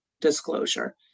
disclosure